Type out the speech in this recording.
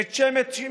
בית שמש,